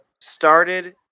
started